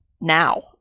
now